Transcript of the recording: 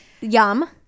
yum